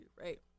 right